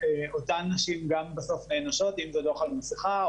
אותן נשים בסוף נענשות אם זה דוח על מסיכה,